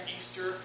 Easter